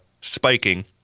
spiking